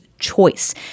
choice